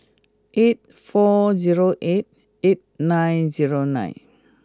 eight four zero eight eight nine zero nine